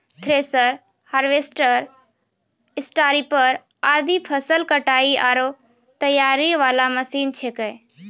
thresher, harvester, स्टारीपर आदि फसल कटाई आरो तैयारी वाला मशीन छेकै